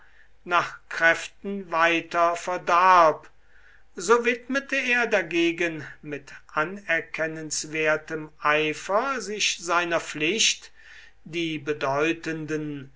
nach kräften weiter verdarb so widmete er dagegen mit anerkennenswertem eifer sich seiner pflicht die bedeutenden